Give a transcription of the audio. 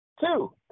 Two